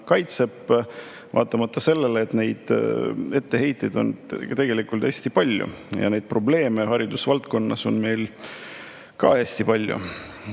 kaitseb [teda] vaatamata sellele, et etteheiteid on tegelikult hästi palju ja probleeme haridusvaldkonnas on meil ka hästi palju.